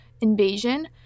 invasion